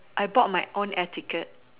I bought my own air ticket